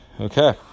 Okay